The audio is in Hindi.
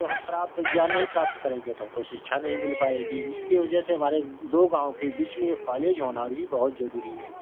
तो हम प्राप्त ज्ञान नहीं प्राप्त करेंगे तो हमको शिक्षा नहीं मिल पाएगी इसकी वजह से हमारे दो गाँव के बीच में एक कॉलेज होना भी बहुत ज़रूरी है